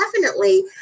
definitely-